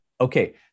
Okay